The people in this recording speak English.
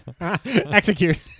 Execute